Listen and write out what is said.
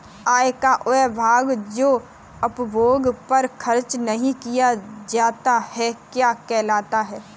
आय का वह भाग जो उपभोग पर खर्च नही किया जाता क्या कहलाता है?